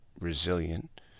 resilient